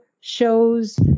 shows